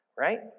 Right